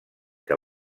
que